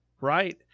Right